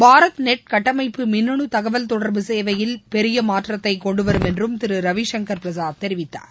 Bharat net கட்டமைப்பு மின்னனு தகவல் தொடர்பு சேவையில் பெரிய மாற்றத்தை கொண்டுவரும் என்றும் திரு ரவிசங்கர் பிரசாத் தெரிவித்தார்